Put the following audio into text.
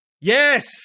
Yes